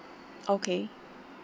okay